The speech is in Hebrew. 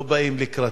לא באים לקראתו,